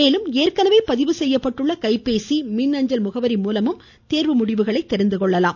மேலும் ஏற்கனவே பதிவு செய்யப்பட்டுள்ள கைபேசி மற்றும் மின்னஞ்சல் முகவரி மூலமும் தேர்வு முடிவுகளை அறிந்து கொள்ளலாம்